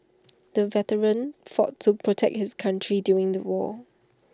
the veteran fought to protect his country during the war